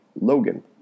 Logan